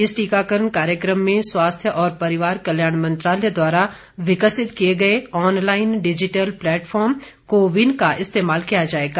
इस टीकाकरण कार्यक्रम में स्वास्थ्य और परिवार कल्याण मंत्रालय द्वारा विकसित किए गए online digital platform CoWIN का इस्तेमाल किया जाएगा